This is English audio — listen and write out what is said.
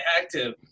active